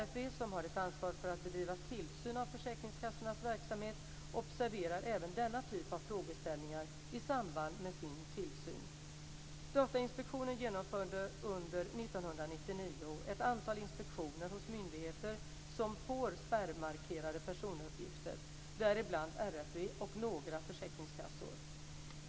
RFV, som har ett ansvar för att bedriva tillsyn av försäkringskassornas verksamhet, observerar även denna typ av frågeställningar i samband med sin tillsyn. Datainspektionen genomförde under år 1999 ett antal inspektioner hos myndigheter som får spärrmarkerade personuppgifter, däribland RFV och några försäkringskassor.